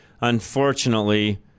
unfortunately